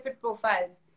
profiles